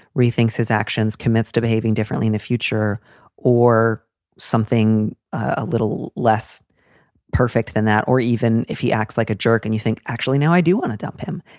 rethinks his actions, commits to behaving differently in the future or something a little less perfect than that. or even if he acts like a jerk and you think. actually, now i do want to dump him.